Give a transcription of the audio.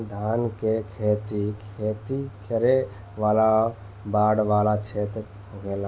धान के खेत खेती करे वाला बाढ़ वाला क्षेत्र होखेला